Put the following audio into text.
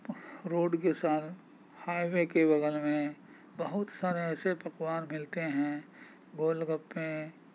road کے سنگ highway کے بغل میں بہت سارے ایسے پکوان ملتے ہیں گول گپے